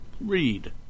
read